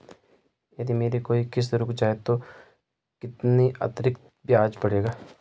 यदि मेरी कोई किश्त रुक जाती है तो कितना अतरिक्त ब्याज पड़ेगा?